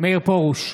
מאיר פרוש,